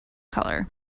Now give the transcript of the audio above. color